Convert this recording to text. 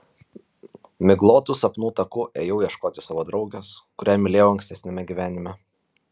miglotu sapnų taku ėjau ieškoti savo draugės kurią mylėjau ankstesniame gyvenime